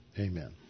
amen